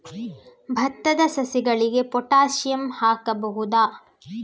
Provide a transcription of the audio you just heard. ಭತ್ತದ ಸಸಿಗಳಿಗೆ ಪೊಟ್ಯಾಸಿಯಂ ಹಾಕಬಹುದಾ?